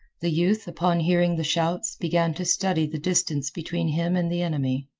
the youth, upon hearing the shouts, began to study the distance between him and the enemy.